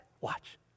Watch